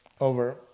Over